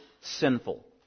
sinful